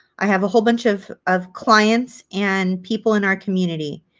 i have a whole bunch of of clients and people in our community.